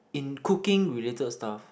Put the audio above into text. in cooking related stuff